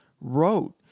wrote